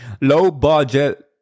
Low-budget